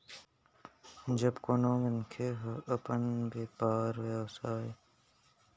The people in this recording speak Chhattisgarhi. जब कोनो मनखे ह अपन बेपार बेवसाय करे बर एक लाख तक के कोनो भी बेंक ले लोन लेथे ओला माइक्रो करेडिट लोन कहे जाथे